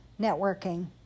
networking